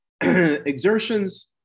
exertions